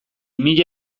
mila